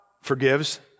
forgives